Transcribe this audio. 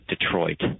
Detroit